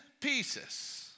pieces